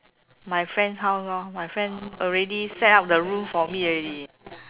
my friends house lor my friend already set up the room for me already